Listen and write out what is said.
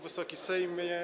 Wysoki Sejmie!